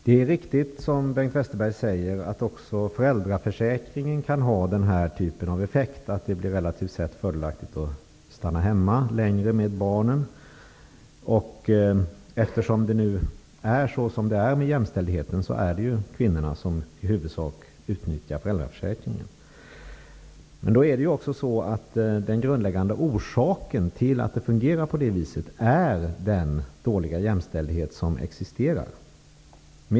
Herr talman! Det är riktigt som Bengt Westerberg säger att också föräldraförsäkringen kan få den typen av effekter att det blir relativt sett fördelaktigt att stanna hemma längre med barnen. Eftersom det nu är som det är med jämställdheten är det kvinnorna som i huvudsak utnyttjar föräldraförsäkringen. Den grundläggande orsaken till att det fungerar på det viset är den dåliga jämställdhet som existerar.